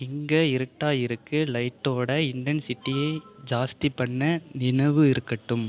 இங்கே இருட்டாக இருக்குது லைட்டோடய இன்டன்சிட்டியை ஜாஸ்தி பண்ண நினைவு இருக்கட்டும்